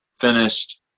Finished